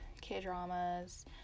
K-dramas